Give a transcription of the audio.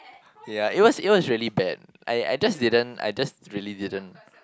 yeah it was it was really bad I I just didn't I just really didn't